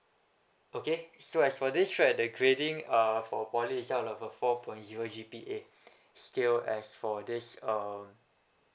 okay so as for this right the grading uh for poly itself is of uh four point zero G_P_A scale as for this um